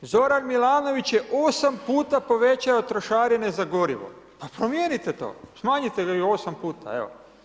Zoran Milanović je 8 puta povećao trošarine za gorivo, pa promijeniti to, smanjite ga i u 8 puta, evo.